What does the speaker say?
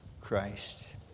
Christ